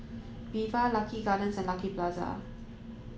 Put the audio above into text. Viva Lucky Gardens and Lucky Plaza